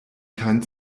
kein